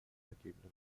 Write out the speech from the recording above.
ergebende